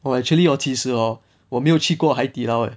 oh actually hor 其实 hor 我没有去过 Haidilao eh